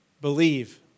believe